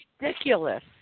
Ridiculous